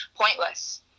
pointless